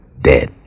dead